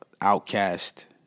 outcast